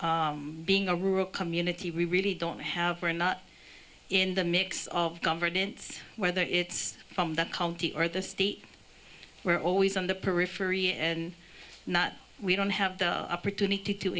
is being a rural community we really don't have we're not in the mix of governance whether it's from the county or the state we're always on the periphery not we don't have the opportunity to